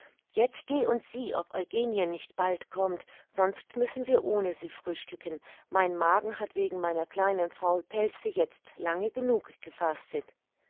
jetzt geh und sieh ob eugenie nicht bald kommt sonst müssen wir ohne sie frühstücken mein magen hat wegen meiner kleinen faulpelze jetzt lange genug gefastet